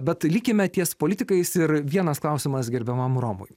bet likime ties politikais ir vienas klausimas gerbiamam romui